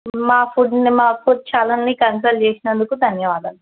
మా ఫుడ్ మా ఫుడ్ ఛానల్ని కన్సల్ట్ చేసినందుకు ధన్యవాదాలు